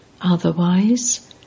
Otherwise